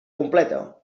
completa